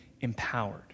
empowered